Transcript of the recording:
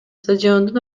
стадиондун